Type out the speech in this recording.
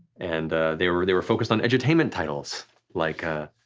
and they were they were focused on edutainment titles like a